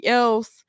else